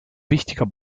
wichtiger